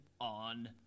on